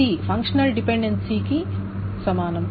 ఇది అదే ఫంక్షనల్ డిపెండెన్సీకి సమానం